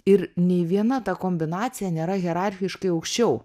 ir nei viena ta kombinacija nėra hierarchiškai aukščiau